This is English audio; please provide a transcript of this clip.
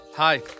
Hi